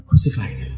Crucified